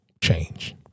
change